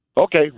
Okay